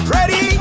Ready